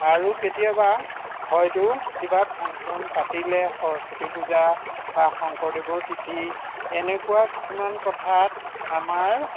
আৰু কেতিয়াবা হয়তো কিবা ফাংচন পাতিলে সৰস্বতী পূজা বা শংকৰদেৱৰ তিথি এনেকুৱা কিছুমান কথাত আমাৰ